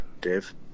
Dave